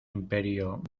imperio